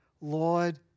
Lord